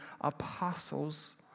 apostles